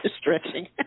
Stretching